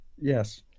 Yes